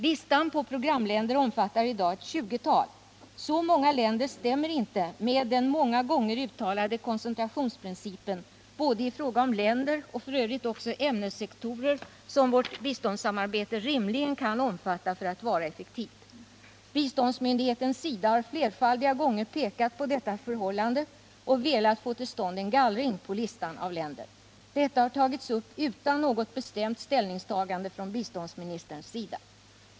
Listan på programländer omfattar i dag ett 20-tal. Så många länder stämmer inte med den många gånger uttalade koncentrationsprincipen i fråga om både länder och ämnessektorer som vårt biståndssamarbete rimligen kan omfatta för att vara effektivt. Biståndsmyndigheten SIDA har flerfaldiga gånger pekat på detta förhållande och velat få till stånd en gallring på listan av länder. Detta har tagits upp utan något bestämt ställningstagande från biståndsministerns sida.